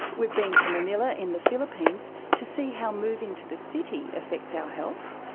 we've been to manila in the philippines to see how moving to the city affects our health.